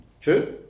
true